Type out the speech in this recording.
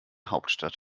hauptstadt